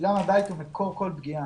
עבורם הבית הוא מקור כל פגיעה.